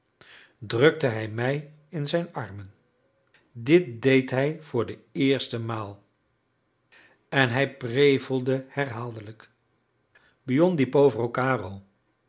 drukte hij mij in zijn armen dit deed hij voor de eerste maal en hij prevelde herhaaldelijk buon di povero caro